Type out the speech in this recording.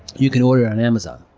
you can order it on amazon.